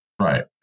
Right